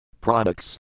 Products